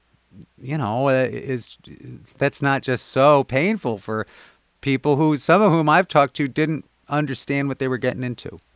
you know, ah is that's not just so painful for people who, some of whom i've talked to, didn't understand what they were getting into?